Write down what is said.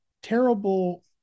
terrible